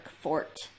fort